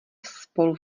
spolu